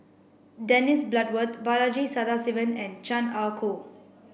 Dennis Bloodworth Balaji Sadasivan and Chan Ah Kow